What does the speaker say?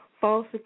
False